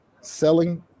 selling